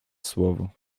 słowo